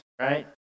right